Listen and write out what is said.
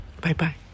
Bye-bye